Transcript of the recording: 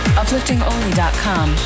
upliftingonly.com